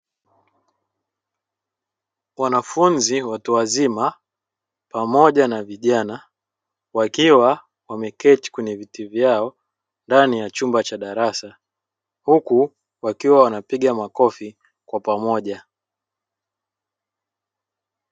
Wanafunzi watu wazima pamoja na vijana wakiwa wameketi kwenye viti vyao ndani ya chumba cha darasa huku wakiwa wanapiga makofi kwa pamoja.